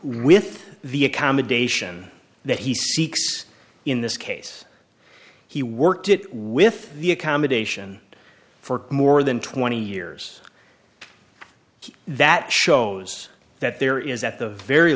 with the accommodation that he seeks in this case he worked it with the accommodation for more than twenty years that shows that there is at the very